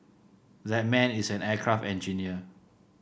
that man is an aircraft engineer